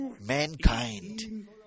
mankind